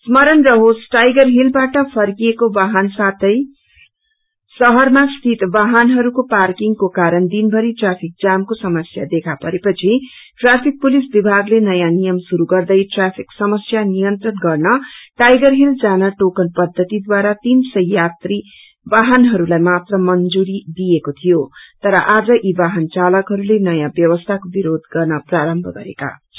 स्मरण रहोस टाइगर हिलबाट फर्किएको वाहन साथै शहरमा स्थित वाहनहरूको पार्किङको कारण दिनभरी ट्राफिक जामको नयाँ नियम शुरू गर्दै ट्राफिक पुलिस विभागले नयाँ नियम शुरू गर्दै ट्राफिक समस्य नियन्त्रण गन्न टाइगर हिल जान टोकन पद्धतिद्वारा तीनसय यात्रीवाहनहरूलाई मात्र मंजुरी दिएको थियो तर आज यी वाहन चालाकहरूले नयाँ व्यवस्थाको विरोध गर्न प्रारम्भ गरेका छन्